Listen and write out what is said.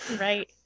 Right